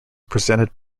presented